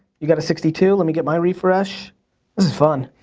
you got a sixty two let me get my refresh. this is fun.